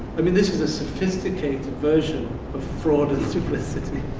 i mean, this is a sophisticated version of fraud and duplicity,